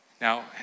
Now